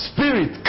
Spirit